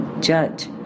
judge